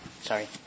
Sorry